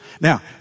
Now